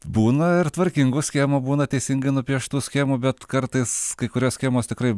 būna ir tvarkingų schemų būna teisingai nupieštų schemų bet kartais kai kurios schemos tikrai